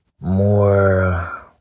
more